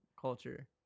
culture